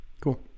cool